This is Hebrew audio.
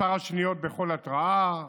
מספר השניות בכל התראה,